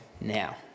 now